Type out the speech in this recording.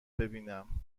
ببینم